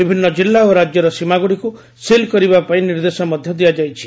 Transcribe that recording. ବିଭିନ୍ନ କିଲ୍ଲ ଓ ରାକ୍ୟର ସୀମାଗୁଡିକୁ ସିଲ କରିବା ପାଇଁ ନିର୍ଦ୍ଦେଶ ମଧ ଦିଆଯାଇଛି